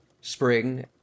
spring